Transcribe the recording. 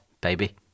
baby